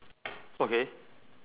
okay